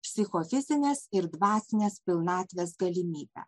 psichofizines ir dvasinės pilnatvės galimybę